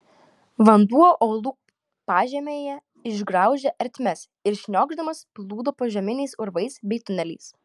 vanduo uolų pažemyje išgraužė ertmes ir šniokšdamas plūdo požeminiais urvais bei tuneliais